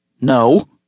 No